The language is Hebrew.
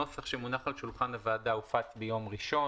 הנוסח שמונח על שולחן הוועדה הופץ ביום ראשון,